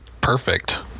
perfect